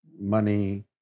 money